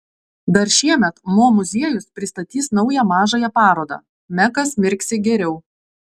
dar šiemet mo muziejus pristatys naują mažąją parodą mekas mirksi geriau